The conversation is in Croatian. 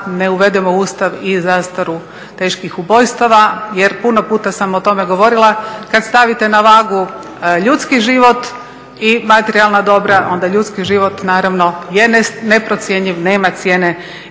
ne uvedemo u Ustav i zastaru teških ubojstava. Jer puno puta sam o tome govorila kad stavite na vagu ljudski život i materijalna dobra onda ljudski život naravno je neprocjenjiv, nema cijene